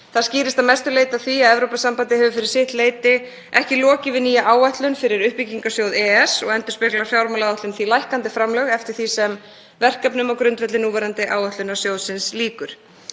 Það skýrist að mestu leyti af því að Evrópusambandið hefur fyrir sitt leyti ekki lokið við nýja áætlun fyrir uppbyggingarsjóð EES og endurspeglar fjármálaáætlun því lækkandi framlög eftir því sem verkefnum á grundvelli núverandi áætlunar sjóðsins lýkur.